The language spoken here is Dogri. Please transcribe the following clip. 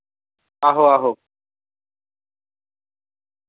आहो आहो